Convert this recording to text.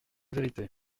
vérité